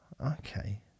Okay